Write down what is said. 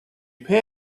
pay